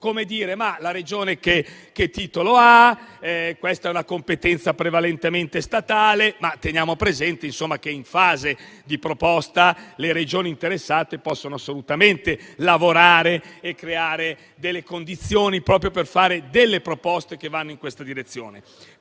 abbia la Regione e sostenendo che questa sia una competenza prevalentemente statale. Occorre però tenere presente che, in fase di proposta, le Regioni interessate possono assolutamente lavorare e creare delle condizioni, proprio per avanzare proposte che vanno in questa direzione.